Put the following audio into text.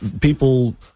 people